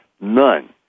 None